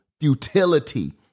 futility